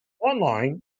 online